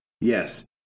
Yes